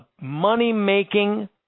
money-making